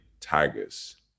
Tigers